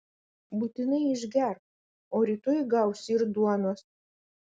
būtinai išgerk o rytoj gausi ir duonos